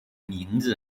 名字